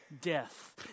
death